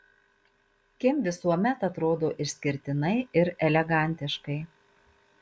kim visuomet atrodo išskirtinai ir elegantiškai